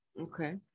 Okay